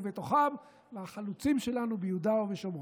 ובתוכם לחלוצים שלנו ביהודה ובשומרון?